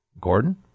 Gordon